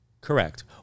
Correct